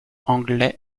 anglais